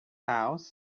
house